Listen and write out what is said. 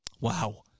Wow